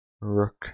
rook